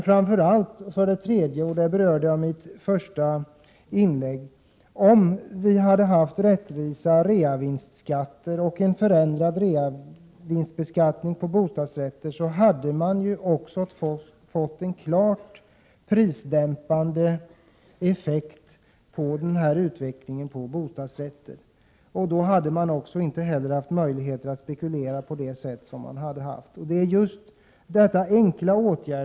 För det tredje: Om vi hade haft rättvisa reavinstskatter och en förändrad reavinstbeskattning på bostadsrätter, vilket jag berörde i mitt första inlägg, hade vi också fått en klart prisdämpande effekt på den här utvecklingen på bostadsrätter. Då hade det inte heller funnits möjligheter att spekulera på det sätt som nu har skett. Det är en enkel åtgärd att ändra reavinstbeskattningen.